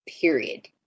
period